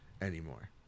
anymore